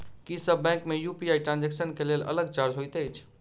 की सब बैंक मे UPI transaction केँ लेल अलग चार्ज होइत अछि?